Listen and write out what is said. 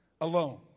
alone